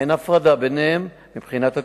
אין הפרדה ביניהם מבחינת הטיפול.